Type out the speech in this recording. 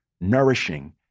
nourishing